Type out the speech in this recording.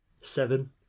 Seven